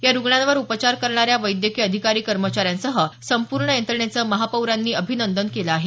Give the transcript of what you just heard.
या रुग्णांवर उपचार करणाऱ्या वैद्यकीय अधिकारी कर्मचाऱ्यांसह संपूर्ण यंत्रणेचं महापौरांनी अभिनंदन केलं आहे